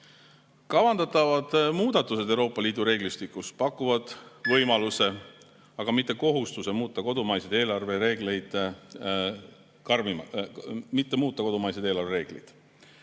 Kavandatavad muudatused Euroopa Liidu reeglistikus pakuvad võimaluse, aga mitte kohustuse muuta kodumaiseid eelarvereegleid.